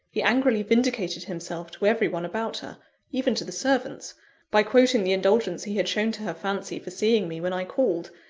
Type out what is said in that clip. he angrily vindicated himself to every one about her even to the servants by quoting the indulgence he had shown to her fancy for seeing me when i called,